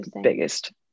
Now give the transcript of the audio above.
biggest